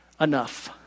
enough